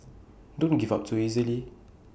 don't give up too easily